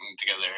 together